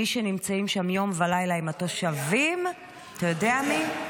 מי שנמצאים שם יום ולילה הם התושבים, אתה יודע מי?